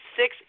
six